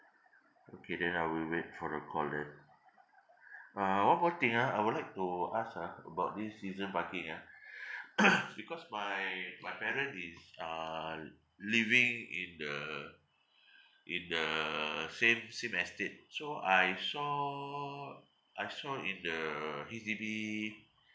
okay then I will wait for your call then uh one more thing ah I would like to ask ah about this season parking ah because my my parent is uh living in the in the same same estate so I saw I saw in the H_D_B